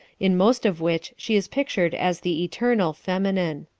in most of which she is pictured as the eternal feminine.